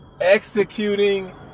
executing